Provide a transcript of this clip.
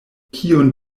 kiun